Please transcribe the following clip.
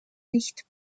nicht